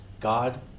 God